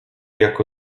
jako